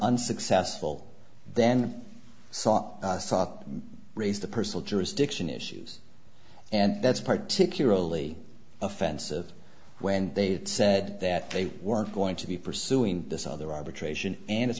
unsuccessful then saw raise the personal jurisdiction issues and that's particularly offensive when they said that they weren't going to be pursuing this other arbitration and i